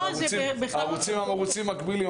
הערוצים הם ערוצים מקבילים.